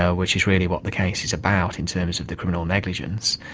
ah which is really what the case is about in terms of the criminal negligence,